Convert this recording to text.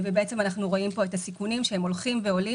אנחנו רואים פה את הסיכונים שהולכים ועולים